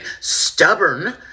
stubborn